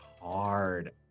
hard